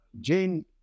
Jane